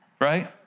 Right